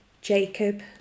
Jacob